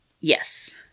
Yes